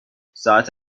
ساعت